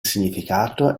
significato